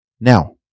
Now